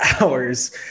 hours